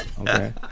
okay